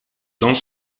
dans